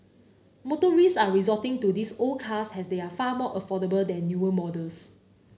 motorists are resorting to these old cars as they are far more affordable than newer models